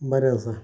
बरें आसा